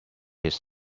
his